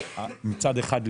מצד אחד,